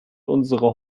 unsere